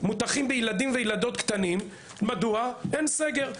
מותכים בילדים וילדות קטנים כי אין סגר.